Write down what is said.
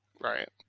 Right